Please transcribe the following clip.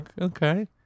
okay